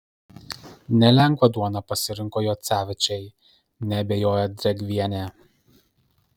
nelengvą duoną pasirinko jocevičiai neabejoja drėgvienė